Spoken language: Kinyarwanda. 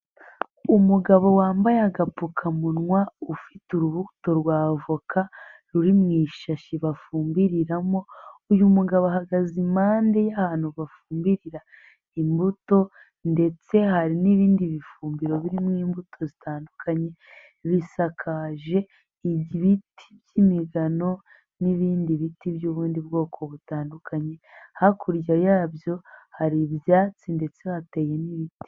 Umugabo wambaye agapfukamunwa ufite urubuto rwa avoka ruri mu ishashi bafumbiriramo, uyu mugabo ahagaze impande y'ahantu bafumbirira imbuto ndetse hari n'ibindi bifumbiro birimo imbuto zitandukanye, bisakaje ibiti by'imigano n'ibindi biti by'ubundi bwoko butandukanye, hakurya yabyo hari ibyatsi ndetse hateye n'ibiti.